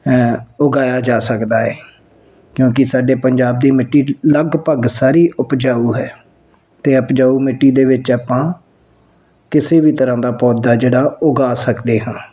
ਉਗਾਇਆ ਜਾ ਸਕਦਾ ਹੈ ਕਿਉਂਕਿ ਸਾਡੇ ਪੰਜਾਬ ਦੀ ਮਿੱਟੀ ਲਗਭਗ ਸਾਰੀ ਉਪਜਾਊ ਹੈ ਅਤੇ ਉਪਜਾਊ ਮਿੱਟੀ ਦੇ ਵਿੱਚ ਆਪਾਂ ਕਿਸੇ ਵੀ ਤਰ੍ਹਾਂ ਦਾ ਪੌਦਾ ਜਿਹੜਾ ਉਗਾ ਸਕਦੇ ਹਾਂ